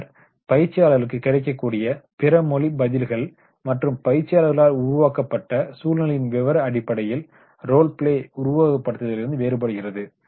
பின்னர் பயிற்சியாளர்களுக்கு கிடைக்கக்கூடிய பிறமொழி பதில்கள் மற்றும் பயிற்சியாளர்களால் வழங்கப்பட்ட சூழ்நிலையின் விவர அடிப்படையில் ரோல் பிளே உருவகப்படுத்துதலிருந்து வேறுபடுகிறது